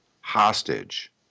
hostage